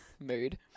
mood